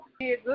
good